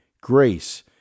grace